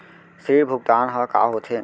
ऋण भुगतान ह का होथे?